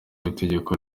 w’itegeko